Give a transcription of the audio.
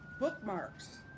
Bookmarks